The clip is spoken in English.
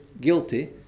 guilty